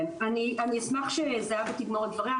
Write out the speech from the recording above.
אני אשמח שזהבה תגמור את דבריה,